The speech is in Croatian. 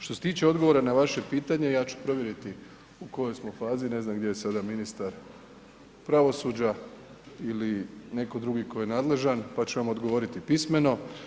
Što se tiče odgovora na vaše pitanje, ja ću provjeriti u kojoj smo fazi, ne znam gdje je sada ministar pravosuđa ili neko drugi tko je nadležan, pa ću vam odgovoriti pismeno.